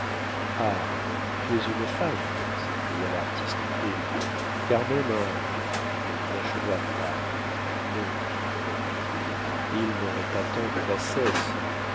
ah tu es une femme s'écria l'artiste en délire car même un il n'acheva pas non reprit-il il n'aurait pas tant de bassesse